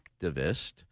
activist